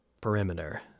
perimeter